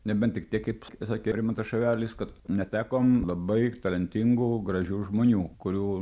nebent tik tiek kaip sakė rimantas šavelis kad netekom labai talentingų gražių žmonių kurių